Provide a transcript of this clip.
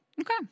okay